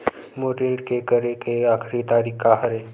मोर ऋण के करे के आखिरी तारीक का हरे?